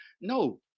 No